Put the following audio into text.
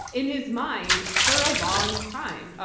in his mind for a long time,